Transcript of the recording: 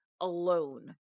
alone